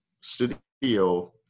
studio